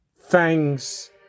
Thanks